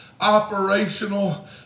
operational